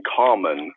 common